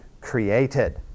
created